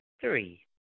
three